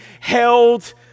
held